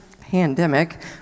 pandemic